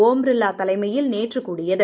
ஓம் பிர்வா தலைமையில் நேற்று கூடியது